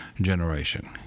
generation